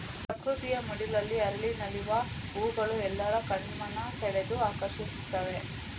ಪ್ರಕೃತಿಯ ಮಡಿಲಲ್ಲಿ ಅರಳಿ ನಲಿವ ಹೂಗಳು ಎಲ್ಲರ ಕಣ್ಮನ ಸೆಳೆದು ಆಕರ್ಷಿಸ್ತವೆ